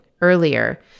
earlier